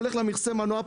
הולך למכסה מנוע,